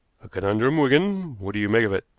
a conundrum, wigan. what do you make of it?